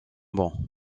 bon